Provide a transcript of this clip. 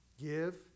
give